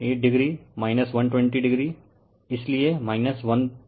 तो यह 218o 120o इसलिए 1418o होगा